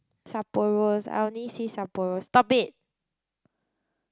Sapporo I only see Sapporo stop it